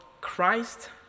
Christ